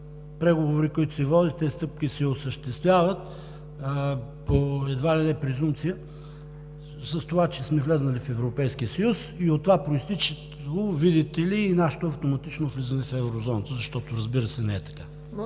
преговори, които се водят, че тези стъпки се осъществяват едва ли не по презумпция и че сме влезли в Европейския съюз и от това произтича, видите ли, нашето автоматично влизане в Еврозоната, защото, разбира се, не е така!